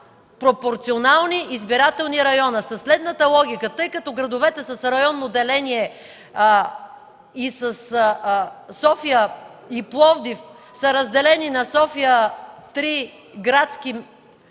пропорционални избирателни района със следната логика: тъй като градовете с районно деление – София и Пловдив са разделени на София с три градски